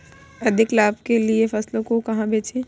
अधिक लाभ के लिए फसलों को कहाँ बेचें?